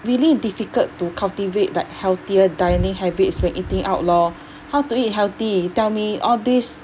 really difficult to cultivate like healthier dining habits when eating out lor how to eat healthy tell me all this